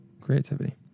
creativity